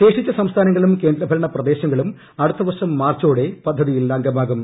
ശേഷിച്ച സംസ്ഥാനങ്ങളും കേന്ദ്ര ഭരണ പ്രദേശങ്ങളും അടുത്ത വർഷം മാർച്ചോടെ പദ്ധതിയിൽ അംഗമാകും